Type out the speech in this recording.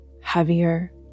heavier